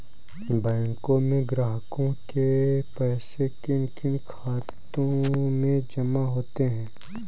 बैंकों में ग्राहकों के पैसे किन किन खातों में जमा होते हैं?